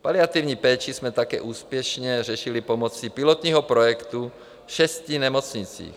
Paliativní péči jsme také úspěšně řešili pomoci pilotního projektu v šesti nemocnicích.